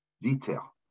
detail